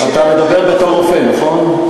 אתה מדבר בתור רופא, נכון?